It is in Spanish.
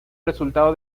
resultado